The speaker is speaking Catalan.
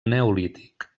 neolític